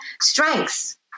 strengths